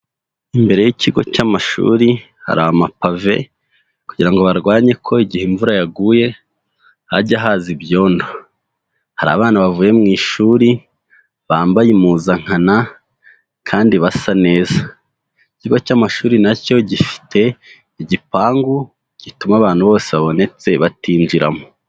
Imbere y'ikigo cy'amashuri hari amapave kugira ngo barwanye ko igihe imvura yaguye hajya haza ibyondo. Hari abana bavuye mu ishuri bambaye impuzankana kandi basa neza. Ikigo cy'amashuri na cyo gifite igipangu gituma abantu bose babonetse batinjiramo.